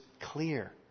clear